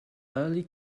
early